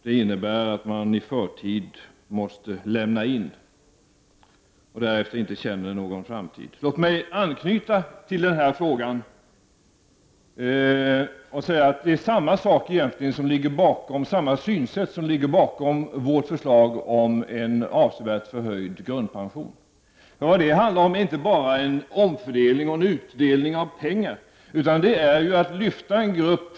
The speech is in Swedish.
Det innebär att man i förtid så att säga måste lämna in och därefter inte känner någon framtid. Låt mig anknyta till denna fråga och säga att det egentligen är samma synsätt som ligger bakom vårt förslag om en avsevärd höjning av grundpensionen. Det handlar inte bara om en omfördelning och en utdelning av pengar, utan det handlar om att lyfta en grupp.